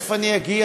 ותכף אני אגיע,